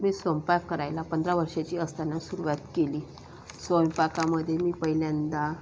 मी स्वयंपाक करायला पंधरा वर्षाची असताना सुरुवात केली स्वयंपाकामध्ये मी पहिल्यांदा